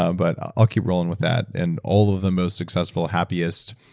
um but i'll keep rolling with that and all of the most successful happiest,